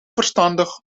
verstandig